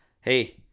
hey